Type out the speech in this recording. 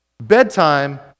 bedtime